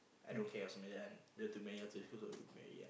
I don't care or something like that one you want to marry out to who go marry ah